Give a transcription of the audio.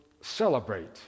celebrate